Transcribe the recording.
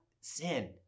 sin